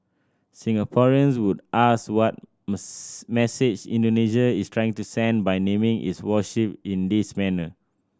Singaporeans would ask what message Indonesia is trying to send by naming its warship in this manner